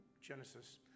Genesis